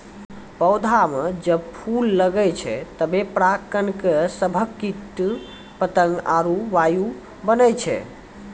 पौधा म जब फूल लगै छै तबे पराग कण के सभक कीट पतंग आरु वायु बनै छै